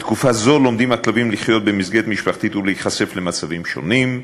בתקופה זו הכלבים לומדים לחיות במסגרת משפחתית ולהיחשף למצבים שונים.